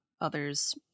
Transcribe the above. Others